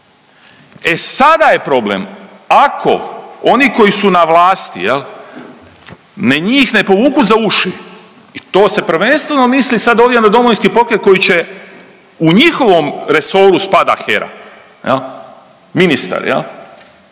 E sada je problem. Ako oni koji su na vlasti njih ne povuku za uši i to se prvenstveno misli sad ovdje na Domovinski pokret koji će u njihovom resoru spada HERA, ministar jel'